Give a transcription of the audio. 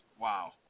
Wow